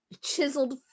chiseled